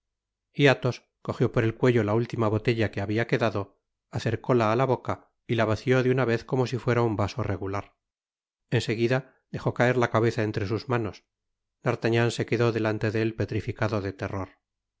t athos cojió por el cuello la última botella que habia quedado acercóla á la boca y la vació de una vez como si fuera un vaso regular en seguida dejó caer la cabeza entre sus manos d'artagnan se quedó delante de él petrificado de terror y